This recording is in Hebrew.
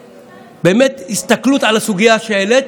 באמת, בהסתכלות על הסוגיה שהעלית,